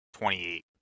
28